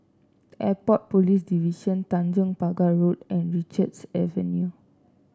Airport Police Division Tanjong Pagar Road and Richards Avenue